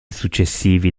successivi